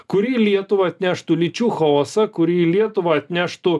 kuri į lietuvą atneštų lyčių chaosą kuri į lietuvą atneštų